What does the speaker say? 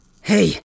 Hey